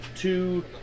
two